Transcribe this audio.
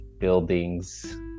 buildings